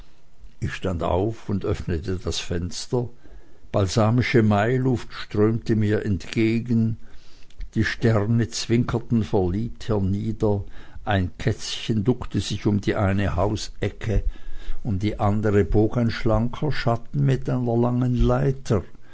ich stand auf und öffnete das fenster balsamische mailuft strömte mir entgegen die sterne zwinkerten verliebt hernieder ein kätzchen duckte sich um die eine hausecke um die andere bog ein schlanker schatten mit einer langen leiter